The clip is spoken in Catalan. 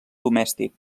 domèstic